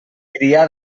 criar